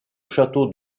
château